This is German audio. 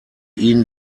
ihn